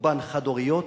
רובן חד-הוריות,